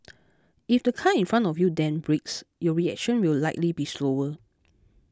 if the car in front of you then brakes your reaction will likely be slower